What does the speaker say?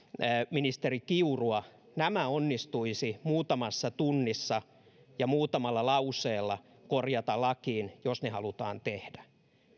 ministeri kiurua nämä onnistuisi muutamassa tunnissa ja muutamalla lauseella korjata lakiin jos ne halutaan tehdä